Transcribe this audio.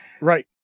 Right